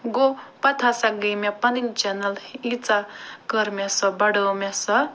گوٚو پتہٕ ہسا گٔے مےٚ پنٕنۍ چنل لیٖژاہ کٔر مےٚ سۅ بڈٲو مےٚ سۄ